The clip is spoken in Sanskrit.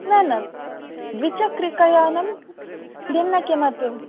न न द्विचक्रिकयानं भिन्नं किमपि